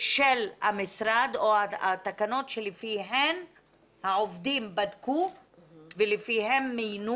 של המשרד או התקנות שלפיהן העובדים בדקו ולפיהן מיינו